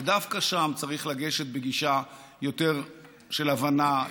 דווקא שם צריך לגשת בגישה יותר של הבנה,